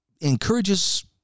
encourages